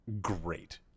great